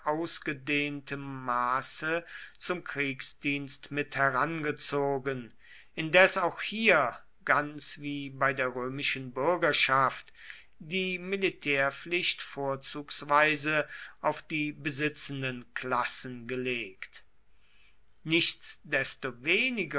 ausgedehntem maße zum kriegsdienst mitherangezogen indes auch hier ganz wie bei der römischen bürgerschaft die militärpflicht vorzugsweise auf die besitzenden klassen gelegt